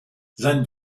sein